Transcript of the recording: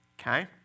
okay